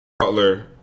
Butler